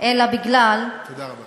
אלא מפני תודה רבה.